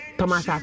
Thomas